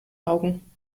augen